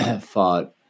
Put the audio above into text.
fought